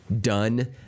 done